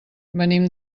venim